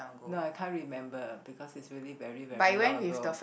no I can't remember because it's really very very long ago